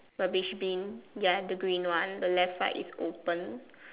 rubbish been ya the green one the left side is open